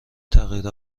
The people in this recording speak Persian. تغییر